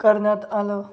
करण्यात आलं